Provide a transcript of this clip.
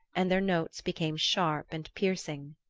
and their notes became sharp and piercing.